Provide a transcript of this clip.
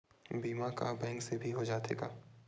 बीमा का बैंक से भी हो जाथे का?